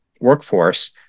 workforce